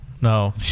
no